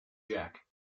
jack